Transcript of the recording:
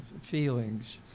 feelings